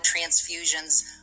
transfusions